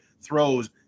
throws